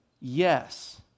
yes